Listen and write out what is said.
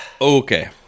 Okay